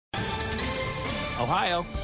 Ohio